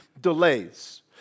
delays